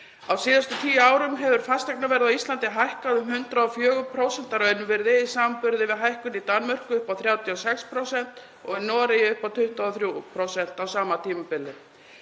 Á síðustu 10 árum hefur fasteignaverð á Íslandi hækkað um 104% að raunvirði í samanburði við hækkun í Danmörku upp á 36% og í Noregi upp á 23% á sama tímabili.